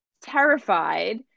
terrified